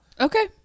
Okay